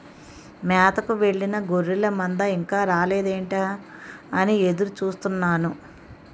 మేతకు వెళ్ళిన గొర్రెల మంద ఇంకా రాలేదేంటా అని ఎదురు చూస్తున్నాను